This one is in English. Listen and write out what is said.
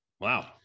Wow